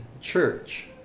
church